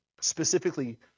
specifically